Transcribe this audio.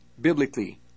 biblically